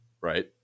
right